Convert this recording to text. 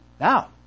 Now